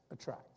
attract